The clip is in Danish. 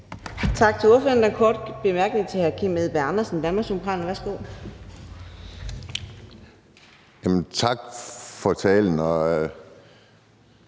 Tak for ordet.